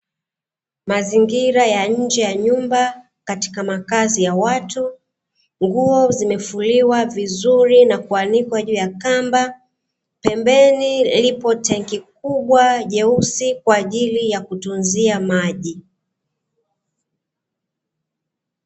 Mazingira ya nje ya nyumba katika makazi ya watu. Nguo zimefuliwa vizuri na kuanikwa juu ya kamba. Pembeni lipo tenki kubwa jeusi, kwa ajili ya kutunzia maji.